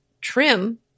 trim